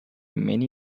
many